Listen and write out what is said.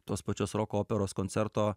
tos pačios roko operos koncerto